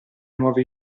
nuove